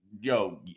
Yo